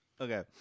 Okay